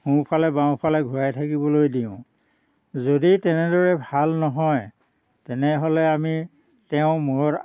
সোঁফালে বাওঁফালে ঘূৰাই থাকিবলৈ দিওঁ যদি তেনেদৰে ভাল নহয় তেনেহ'লে আমি তেওঁৰ মূৰত